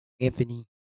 Anthony